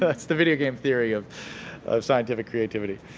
that's the video game theory of of scientific creativity.